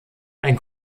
ein